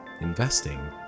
investing